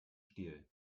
stiel